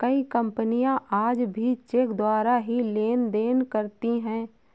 कई कपनियाँ आज भी चेक द्वारा ही लेन देन करती हैं